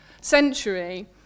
century